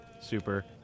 super